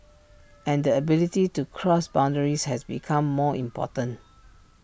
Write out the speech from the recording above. and the ability to cross boundaries has become more important